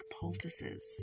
poultices